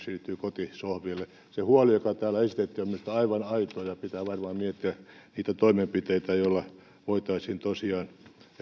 siirtyy kotisohville se huoli joka täällä esitettiin on minusta aivan aito ja pitää varmaan miettiä toimenpiteitä joilla voitaisiin tosiaan